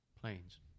planes